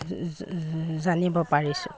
জানিব পাৰিছোঁ